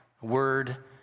word